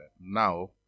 now